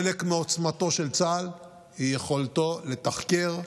חלק מעוצמתו של צה"ל היא יכולתו לתחקר,